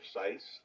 precise